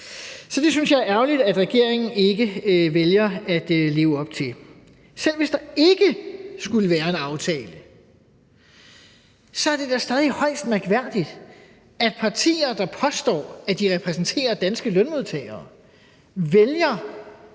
Så jeg synes, det er ærgerligt, at regeringen vælger ikke at leve op til det. Selv hvis der ikke skulle være en aftale, er det da stadig højst mærkværdigt, at partier, der påstår, at de repræsenterer danske lønmodtagere, vælger